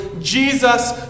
Jesus